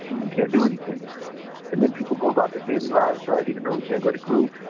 you can't do anything and then people go about their daily lives, right? even though we can't go to groups.